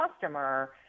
customer